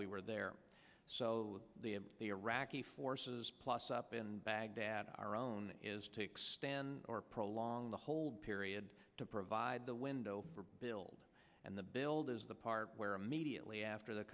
we were there so the iraqi forces plus up in baghdad on our own is to expand or prolong the whole period to provide the window rebuild and the build is the part where immediately after the